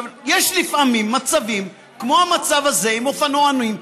יש לפעמים מצבים כמו המצב הזה עם אופנוענים.